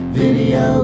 video